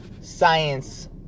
science